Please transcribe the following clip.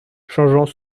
changeant